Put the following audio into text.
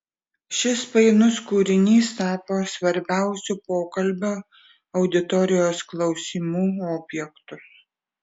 šis painus kūrinys tapo svarbiausiu pokalbio auditorijos klausimų objektu